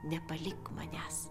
nepalik manęs